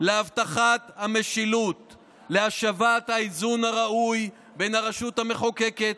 להבטחת המשילות ולהשבת האיזון הראוי בין הרשות המחוקקת,